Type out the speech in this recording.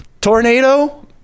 tornado